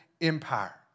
empire